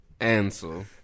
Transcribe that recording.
Ansel